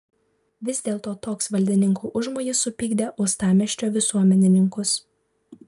vis dėlto toks valdininkų užmojis supykdė uostamiesčio visuomenininkus